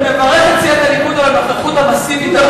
אני מברך את סיעת הליכוד על הנוכחות המסיבית.